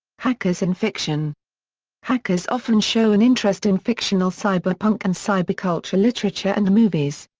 hackers in fiction hackers often show an interest in fictional cyberpunk and cyberculture literature and movies.